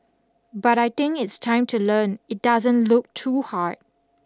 but I think it's time to learn it doesn't look too hard